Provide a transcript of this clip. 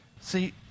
See